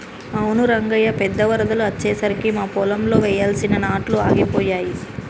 అవును రంగయ్య పెద్ద వరదలు అచ్చెసరికి మా పొలంలో వెయ్యాల్సిన నాట్లు ఆగిపోయాయి